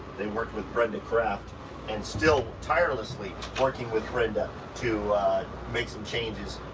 they worked with brenda kraft and still tirelessly working with brenda to make some changes,